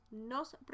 nos